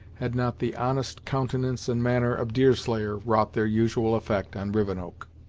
had not the honest countenance and manner of deerslayer wrought their usual effect on rivenoak.